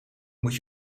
moet